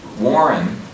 Warren